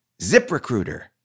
ZipRecruiter